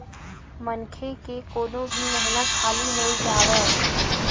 मनखे के कोनो भी मेहनत खाली नइ जावय